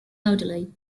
elderly